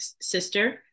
sister